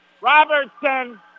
Robertson